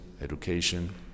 education